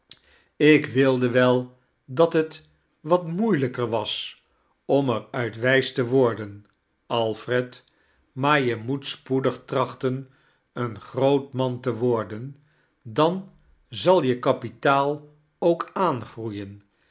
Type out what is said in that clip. ik wilde wel dat het wat moeilijketr was om er uit wijs te worden alfred maar je moet spoedig trachten een groot man te worden dan zal je kapitaal ook aangroeien